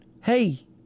hey